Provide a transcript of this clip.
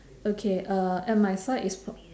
okay uh at my side it's pro~